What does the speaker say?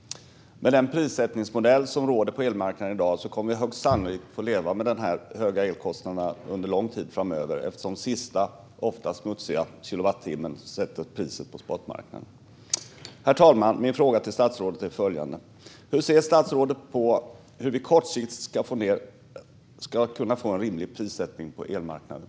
Med den prissättningsmodell som råder på elmarknaden i dag kommer vi högst sannolikt att få leva med dessa höga elkostnader under lång tid framöver eftersom sista, ofta smutsiga, kilowattimmen sätter priset på spotmarknaden. Herr talman! Min fråga till statsrådet är följande: Hur får vi på kort sikt en rimlig prissättning på elmarknaden?